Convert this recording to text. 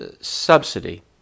subsidy